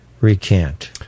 recant